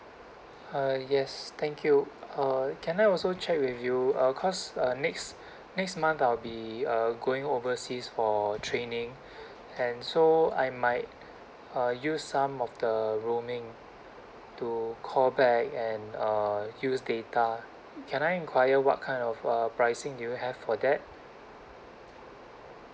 uh yes thank you uh can I also check with you uh cause uh next next month I'll be uh going overseas for training and so I might uh use some of the roaming to call back and uh use data can I enquire what kind of uh pricing do you have for that